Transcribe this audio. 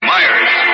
Myers